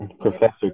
Professor